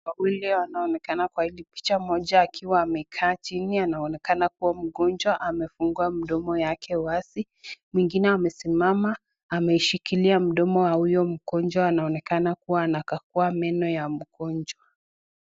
Watu wawili wanaonekana kwa hili picha mmoja akiwa amekaa chini, anaonekana kuwa mgonjwa anafungua mdomo yake, mwingine amesimama ameshikilia mdomo ya huyo mgonjwa anaonekana kuwa anakagua meno ya mgonjwa.